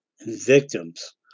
victims